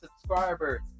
subscribers